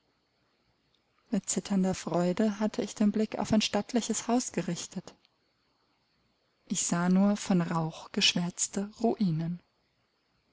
mit zitternder freude hatte ich den blick auf ein stattliches haus gerichtet ich sah nur von rauch geschwärzte ruinen